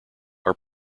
are